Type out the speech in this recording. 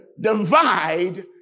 divide